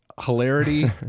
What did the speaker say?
hilarity